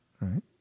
Right